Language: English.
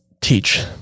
teach